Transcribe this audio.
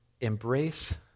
embrace